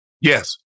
Yes